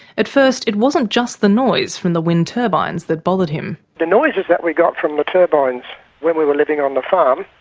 at first it wasn't just the noise from the wind turbines that bothered him. the noises that we got from the turbines when we were living on the farm,